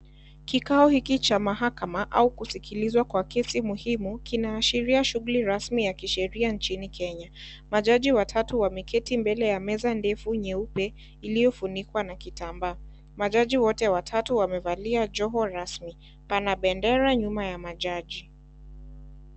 Kikao hiki cha mahakama, au kusikilizwa kwa kesi muhimu, kinaashiria shughuli rasmi ya kisheria nchini Kenya. Majaji watatu wameketi mbele ya meza ndefu nyeupe iliyofunikwa na kitambaa. Majaji wote watatu wamevalia joho rasmi. Pana bendera nyuma ya majaji.